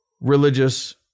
religious